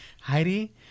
Heidi